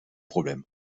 problèmes